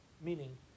Meaning